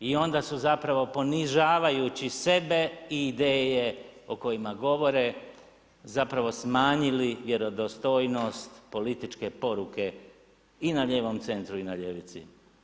I onda su zapravo ponižavajući sebe i ideje o kojima govore zapravo smanjili vjerodostojnost političke poruke i na lijevom centru i na ljevici.